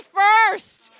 first